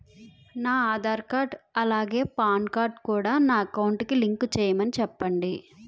నా ఆధార్ కార్డ్ అలాగే PAN card కూడా నా అకౌంట్ కి లింక్ చేయమని చెప్పండి